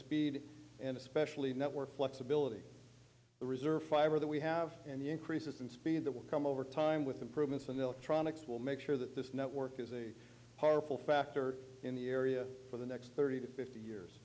speed and especially network flexibility the reserve fiber that we have and the increases in speed that will come over time with improvements in electronics will make sure that this network is a powerful factor in the area for the next thirty to fifty years